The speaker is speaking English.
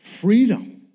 Freedom